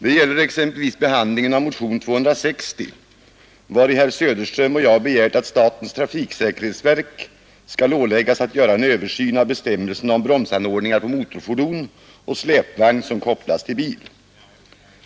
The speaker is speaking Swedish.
Det gäller exempelvis behandlingen av motionen 260, vari herr Söderström och jag begärt att statens trafiksäkerhetsverk skall åläggas att göra en översyn av bestämmelserna rörande bromsanordningar på motorfordon och släpvagn som kopplas till bil.